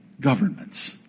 governments